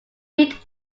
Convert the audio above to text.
read